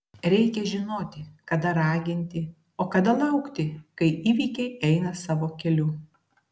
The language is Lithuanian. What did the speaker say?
reikia žinoti kada raginti o kada laukti kai įvykiai eina savo keliu